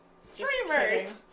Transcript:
Streamers